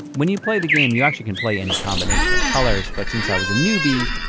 when you play the game, you actually can play any combination of colors. but since i was a newbie,